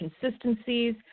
consistencies